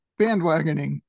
bandwagoning